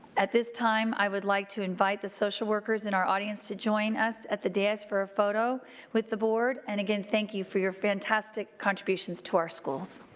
at this time i would like to invite the social workers in our audience to join us at the dais for a photo with the board and again, thank you for your fantastic contributions to our schools.